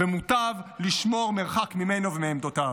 ומוטב לשמור מרחק ממנו ומעמדותיו.